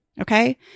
Okay